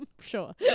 Sure